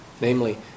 Namely